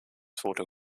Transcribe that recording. photo